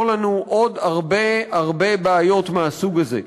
לנו עוד הרבה הרבה בעיות מהסוג הזה.